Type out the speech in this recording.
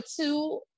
two